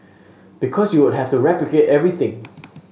because you would have to replicate everything